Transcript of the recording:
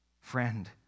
Friend